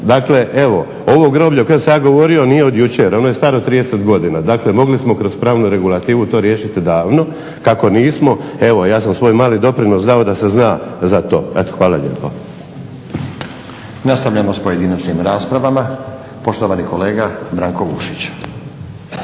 Dakle evo, ovo groblje o kojem sam ja govorio nije od jučer, ono je staro 30 godina, dakle mogli smo kroz pravnu regulativu to riješiti davno, kako nismo evo ja sam svoj mali doprinos dao da se zna za to. Hvala lijepo. **Stazić, Nenad (SDP)** Nastavljamo s pojedinačnim raspravama. Poštovani kolega Branko Vukšić.